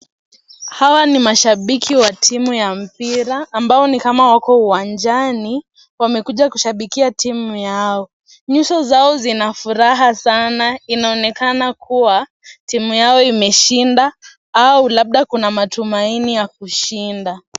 Hawa ni mashabiki wa timu ya mpira ambao nikama wako uwanjani, wamekuja kushabikia timu yao, nyuso zao zina furaha sana inaonekana kuwa, timu yao imeshinda au labda kuna matumaini ya kushinda.